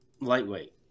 lightweight